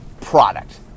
product